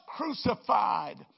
crucified